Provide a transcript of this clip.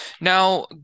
Now